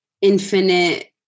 infinite